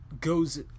goes